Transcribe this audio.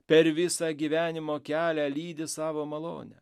per visą gyvenimo kelią lydi savo malonę